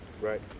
Right